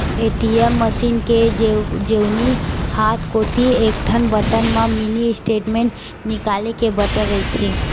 ATM machine के जेवनी हाथ कोती एकठन बटन म मिनी स्टेटमेंट निकाले के बटन रहिथे